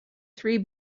three